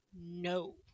No